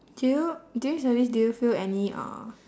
do you during service do you feel any uh